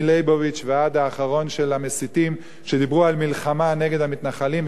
מליבוביץ ועד אחרון המסיתים שדיברו על מלחמה נגד המתנחלים.